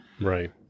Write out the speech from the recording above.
Right